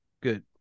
Good